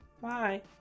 bye